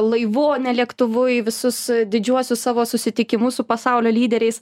laivu lėktuvu į visus didžiuosius savo susitikimus su pasaulio lyderiais